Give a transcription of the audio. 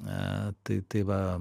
tai tai va